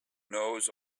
knows